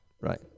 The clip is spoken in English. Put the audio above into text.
Right